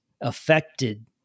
affected